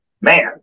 man